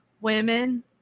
women